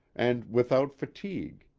and without fatigue.